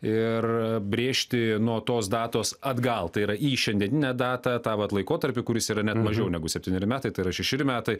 ir brėžti nuo tos datos atgal tai yra į šiandieninę datą tą vat laikotarpį kuris yra net mažiau negu septyneri metai tai yra šešeri metai